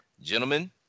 Gentlemen